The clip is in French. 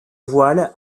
voile